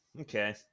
Okay